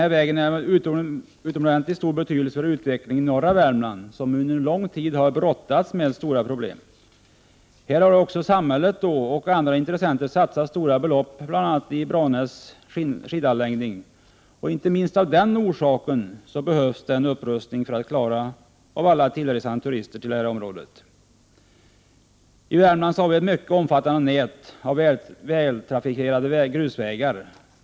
Den vägen är av utomordentligt stor betydelse för utvecklingen i norra Värmland, där man under lång tid har brottats med stora problem. Samhället och andra intressenter har satsat stora belopp i Branäs skidanläggning. Inte minst av den orsaken behövs en upprustning för att vägen skall klara av trafiken med alla turister som reser till området. Vi har i Värmland ett mycket omfattande nät av vältrafikerade grusvägar.